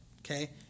okay